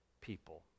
people